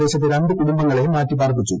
പ്രദേശത്തെ രണ്ട് കുടുംബങ്ങളെ മാറ്റിപ്പാർപ്പിച്ചു